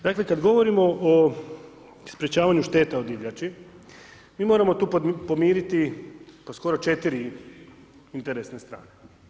Dakle, kada govorimo o sprječavanju šteta o divljači, mi moramo tu pomiriti, pa skoro 4 interesne strane.